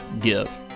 give